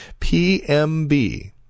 PMB